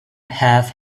have